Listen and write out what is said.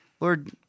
Lord